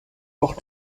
porte